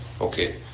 Okay